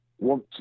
want